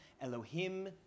Elohim